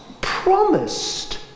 promised